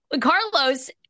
Carlos